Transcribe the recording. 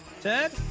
Ted